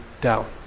down